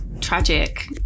tragic